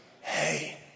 Hey